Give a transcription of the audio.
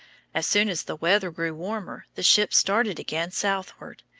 as soon as the weather grew warmer the ships started again southward.